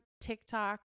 tiktok